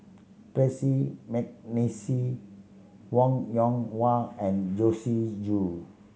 Percy McNeice Wong Yoon Wah and Joyce Jue